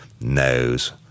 knows